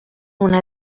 una